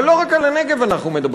אבל לא רק על הנגב אנחנו מדברים.